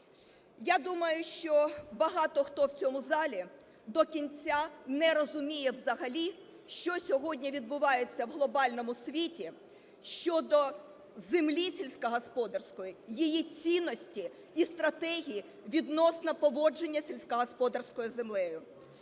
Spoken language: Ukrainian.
Я думаю, що багато хто в цьому залі до кінця не розуміє взагалі, що сьогодні відбувається в глобальному світі щодо землі сільськогосподарської, її цінності і стратегії відносно поводження з сільськогосподарською землею.